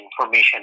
information